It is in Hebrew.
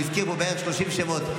הוא הזכיר פה בערך 30 שמות.